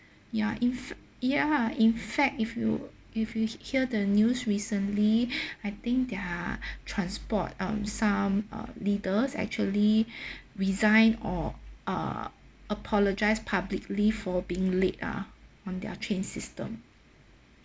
ya if ya in fact if you if you hear the news recently I think their transport um some uh leaders actually resign or uh apologised publicly for being late ah on their train system